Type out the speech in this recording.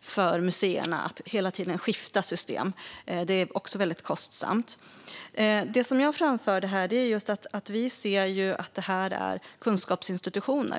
för museerna att hela tiden skifta system. Det är dessutom väldigt kostsamt. Det jag framförde här är att vi ser museerna som kunskapsinstitutioner.